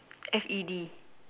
F_A_D